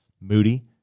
moody